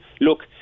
look